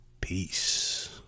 Peace